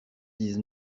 dix